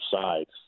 sides